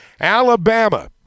Alabama